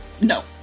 no